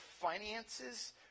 finances